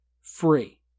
free